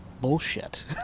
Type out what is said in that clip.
bullshit